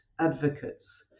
advocates